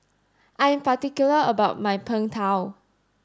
I am particular about my Png Tao